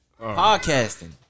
podcasting